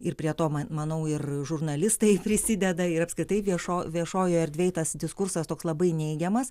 ir prie to man manau ir žurnalistai prisideda ir apskritai viešoj viešojoj erdvėj tas diskursas toks labai neigiamas